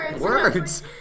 Words